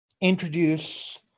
introduce